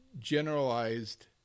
generalized